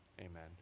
amen